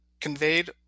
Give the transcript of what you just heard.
conveyed